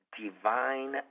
divine